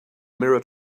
mirror